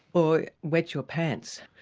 or wet your pants.